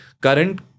current